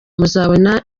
muzabona